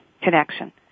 connection